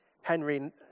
Henry